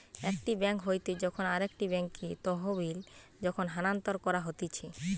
একটি বেঙ্ক হইতে যখন আরেকটি বেঙ্কে তহবিল যখন স্থানান্তর করা হতিছে